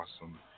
awesome